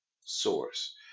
source